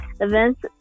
events